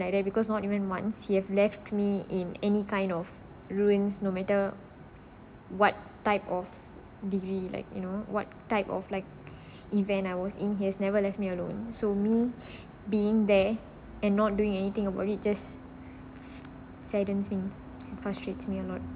like that because not even once he have left me in any kind of ruined no matter what type of degree like you know what type of like event I was in he's never left me alone so me being there and not doing anything about it just sadden thing it frustrates me a lot